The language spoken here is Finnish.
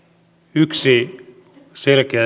yksi selkeä